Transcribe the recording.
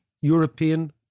European